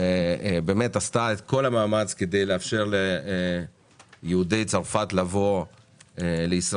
ובאמת עשתה את כל המאמץ כדי לאפשר ליהודי צרפת לבוא לישראל.